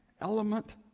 element